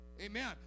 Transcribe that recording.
Amen